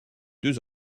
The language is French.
deux